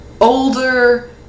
older